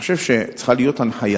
אני חושב שצריכה להיות הנחיה